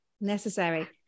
Necessary